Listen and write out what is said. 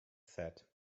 said